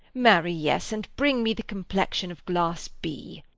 marry, yes and bring me the complexion of glass b.